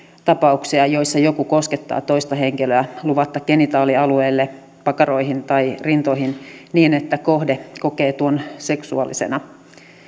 tapauksia joissa joku koskettaa toista henkilöä luvatta genitaalialueelle pakaroihin tai rintoihin niin että kohde kokee tuon seksuaalisena